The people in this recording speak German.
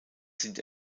sind